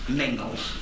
mingles